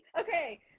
Okay